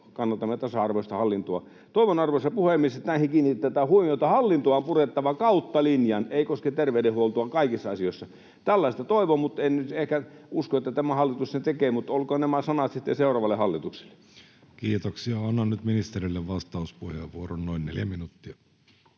kannatamme tasa-arvoista hallintoa. Toivon, arvoisa puhemies, että näihin kiinnitetään huomiota. Hallintoa on purettava kautta linjan, ei koske terveydenhuoltoa kaikissa asioissa. Tällaista toivon, mutta en nyt ehkä usko, että tämä hallitus sen tekee. Mutta olkoot nämä sanat sitten seuraavalle hallitukselle. [Speech 114] Speaker: Jussi Halla-aho Party: N/A Role: chairman